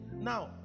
Now